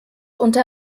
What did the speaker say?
unter